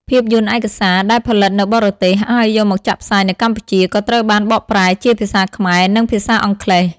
ភាពយន្តឯកសារដែលផលិតនៅបរទេសហើយយកមកចាក់ផ្សាយនៅកម្ពុជាក៏ត្រូវបានបកប្រែជាភាសាខ្មែរនិងភាសាអង់គ្លេស។